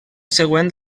següent